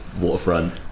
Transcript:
waterfront